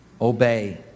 obey